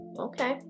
Okay